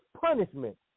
punishment